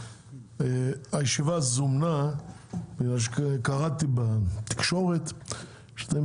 הישיבה זומנה בגלל שקראתי בתקשורת שאתם